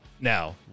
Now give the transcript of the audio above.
Now